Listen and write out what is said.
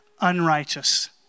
unrighteous